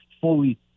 fully